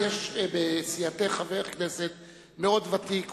יש בסיעתך חבר כנסת ותיק מאוד,